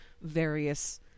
various